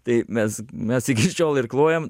tai mes mes iki šiol irkluojam